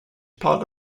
part